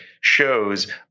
shows